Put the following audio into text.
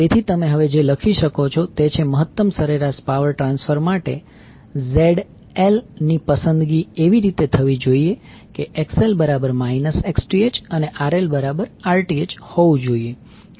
તેથી તમે હવે જે લખી શકો છો તે છે કે મહત્તમ સરેરાશ પાવર ટ્રાન્સફર માટે ZL ની પસંદગી એવી રીતે થવી જોઈએ કે XL Xth અને RL Rth હોવું જોઈએ